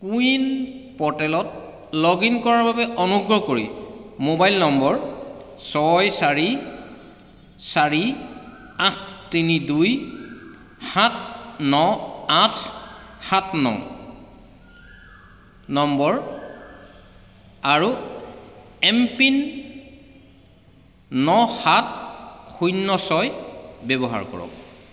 CoWIN প'ৰ্টেলত log in কৰাৰ বাবে অনুগ্ৰহ কৰি মোবাইল নম্বৰ ছয় চাৰি চাৰি আঠ তিনি দুই সাত ন আঠ সাত ন নম্বৰ আৰু এম পিন ন সাত শূন্য ছয় ব্যৱহাৰ কৰক